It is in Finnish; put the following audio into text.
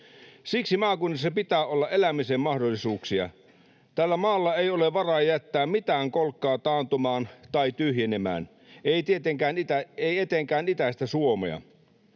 Siksi maakunnissa pitää olla elämisen mahdollisuuksia. Tällä maalla ei ole varaa jättää mitään kolkkaa taantumaan tai tyhjenemään, ei etenkään itäistä Suomea.